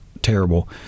terrible